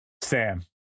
Sam